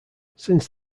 since